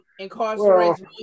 incarcerates